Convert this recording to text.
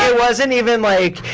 wasn't even like,